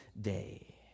day